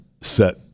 set